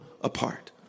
apart